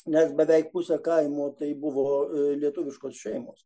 nes beveik pusę kaimo tai buvo lietuviškos šeimos